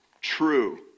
true